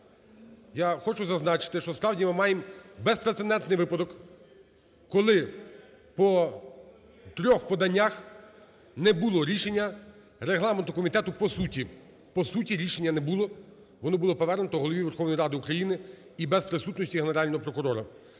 Я хочу зазначити, що справді ми маємо безпрецедентний випадок, коли по трьох поданнях не було рішення регламентного комітету по суті. По суті рішення не було, воно було повернуто Голові Верховної Ради України і без присутності Генерального прокурора.